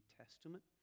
Testament